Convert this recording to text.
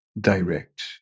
direct